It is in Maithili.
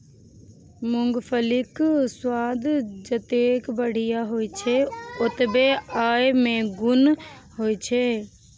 मूंगफलीक स्वाद जतेक बढ़िया होइ छै, ओतबे अय मे गुणो होइ छै